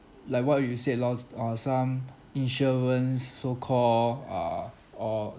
like what you said lor s~ uh some insurance so call err or